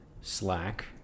slack